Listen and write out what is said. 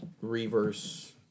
Reverse